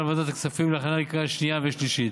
לוועדת הכספים להכנה לקריאה שנייה ושלישית.